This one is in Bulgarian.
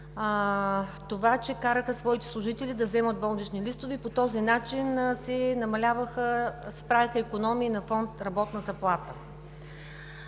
това, караха своите служители да вземат болнични листове и по този начин си правеха икономии на фонд „Работна заплата“.